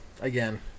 again